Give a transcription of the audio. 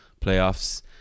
playoffs